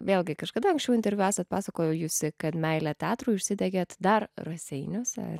vėlgi kažkada anksčiau interviu esat pasakojusi kad meile teatrui užsidegėt dar raseiniuose ar